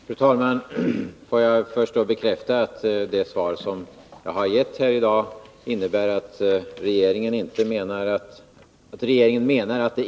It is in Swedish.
Fru talman! Får jag först bekräfta att det svar som jag har gett här i dag innebär att regeringen menar att det inte behövs något förbud eller förbudsliknande ingrepp mot braskaminerna.